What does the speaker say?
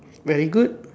very good